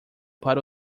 para